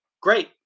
Great